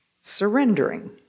surrendering